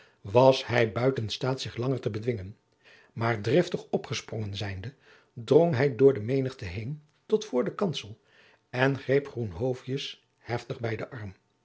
was hij buiten staat zich langer te bedwingen maar driftig opgesprongen zijnde drong hij door de menigte heen tot voor den kansel en greep groenhovius heftig bij den arm